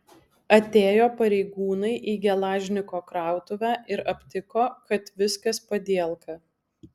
atėjo pareigūnai į gelažniko krautuvę ir aptiko kad viskas padielka